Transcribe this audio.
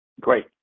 Great